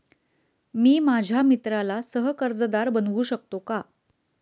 मी माझ्या मित्राला सह कर्जदार बनवू शकतो का?